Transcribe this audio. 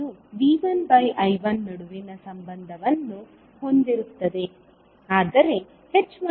ಇದು V1I1 ನಡುವಿನ ಸಂಬಂಧವನ್ನು ಹೊಂದಿರುತ್ತದೆ ಆದರೆ h12V1V2